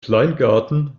kleingarten